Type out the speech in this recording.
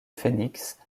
phoenix